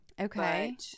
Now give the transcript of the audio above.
Okay